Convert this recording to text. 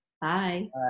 Bye